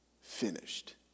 finished